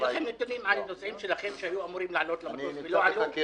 אין לכם נתונים על נוסעים שלכם שהיו אמורים לעלות למטוס ולא עלו?